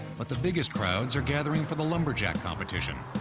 but the biggest crowds are gathering for the lumberjack competition.